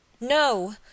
No